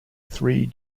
three